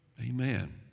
Amen